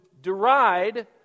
deride